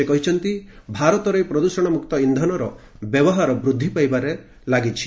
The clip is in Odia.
ସେ କହିଛନ୍ତି ଭାରତରେ ପ୍ରଦୃଷଣ ମୁକ୍ତ ଇନ୍ଧନର ବ୍ୟବହାର ବୃଦ୍ଧି ପାଇବାରେ ଲାଗିଛି